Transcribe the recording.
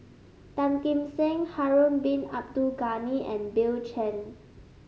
Tan Kim Seng Harun Bin Abdul Ghani and Bill Chen